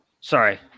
Sorry